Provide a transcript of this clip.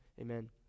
Amen